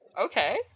Okay